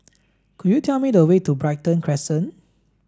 could you tell me the way to Brighton Crescent